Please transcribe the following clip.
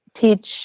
teach